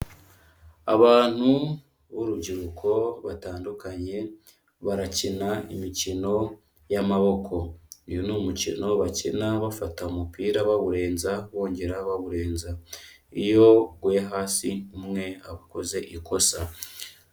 Abantu b'urubyiruko batandukanye barakina imikino y'amaboko, uyu ni umukino bakina bafata umupira bawurenza bongera bawurenza, iyo uguye hasi umwe aba akoze ikosa.